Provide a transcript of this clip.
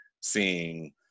seeing